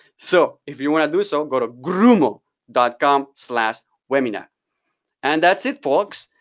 so if you want to do so, go to grumo dot com slash webinar and that's it, folks.